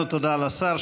תודה לשר.